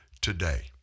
today